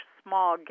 small